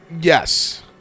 Yes